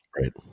right